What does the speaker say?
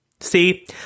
See